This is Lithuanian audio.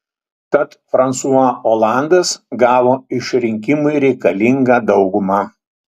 tad fransua olandas gavo išrinkimui reikalingą daugumą